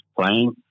playing